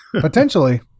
Potentially